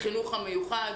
החינוך המיוחד.